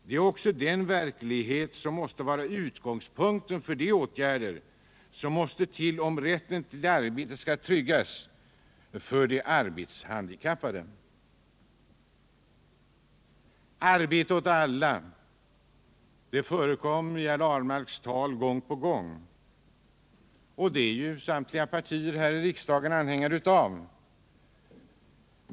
Det är också den verklighet som måste vara utgångspunkten för de åtgärder som måste till om rätten till arbete skall tryggas för de arbetshandikappade. ”Arbete åt alla” förekom i herr Ahlmarks tal gång på gång, och det är samtliga partier här i riksdagen anhängare av.